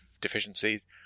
deficiencies